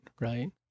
right